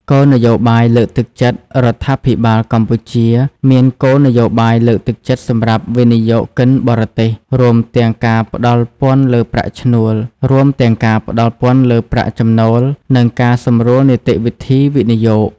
គោលនយោបាយលើកទឹកចិត្ត រដ្ឋាភិបាលកម្ពុជាមានគោលនយោបាយលើកទឹកចិត្តសម្រាប់វិនិយោគិនបរទេស រួមទាំងការផ្ដល់ពន្ធលើប្រាក់ចំណូល និងការសម្រួលនីតិវិធីវិនិយោគ។